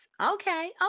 okay